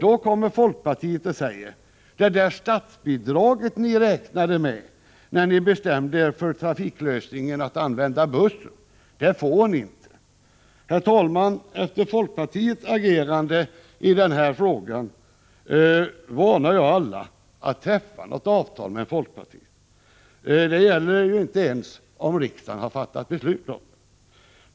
Då kommer folkpartiet och säger: Det statsbidrag ni räknade med när ni bestämde er för trafiklösningen att använda buss, får ni inte. Herr talman! Efter folkpartiets agerande i den här frågan varnar jag alla för att träffa avtal med folkpartiet. Det gäller inte ens om riksdagen har fattat beslut i frågan.